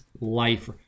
life